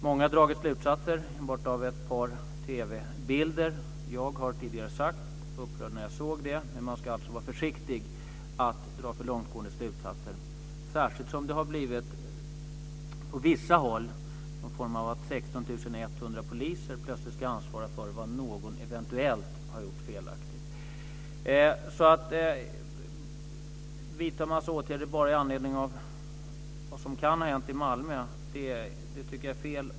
Många har dragit slutsatser enbart på grundval av ett par TV-bilder. Jag blev upprörd när jag såg dem, men man ska vara försiktig med att dra för långtgående slutsatser, särskilt som det på vissa håll har sagts att 16 100 poliser plötsligt ska ansvara för något som någon av dem eventuellt har gjort felaktigt. Att vidta en massa åtgärder bara med anledning av vad som kan ha hänt i Malmö tycker jag är fel.